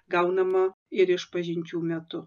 gaunama ir išpažinčių metu